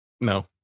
no